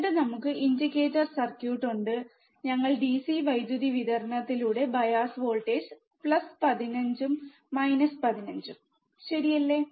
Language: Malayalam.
എന്നിട്ട് നമുക്ക് ഇൻഡിക്കേറ്റർ സർക്യൂട്ട് ഉണ്ട് ഞങ്ങൾ ഡിസി വൈദ്യുതി വിതരണത്തിലൂടെ ബയാസ് വോൾട്ടേജും പ്ലസ് 15 മൈനസ് 15 ഉം ശരിയല്ലേ